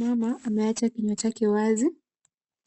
Mama amewacha kinywa chake wazi.